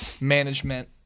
management